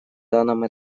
данном